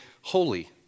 holy